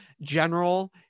general